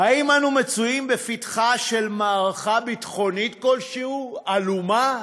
האם אנו בפתחה של מערכה ביטחונית כלשהי, עלומה,